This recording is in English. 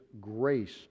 grace